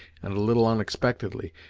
and a little unexpectedly,